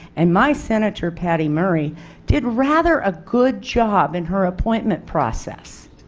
and my sen. patty murray did rather a good job in her appointment process.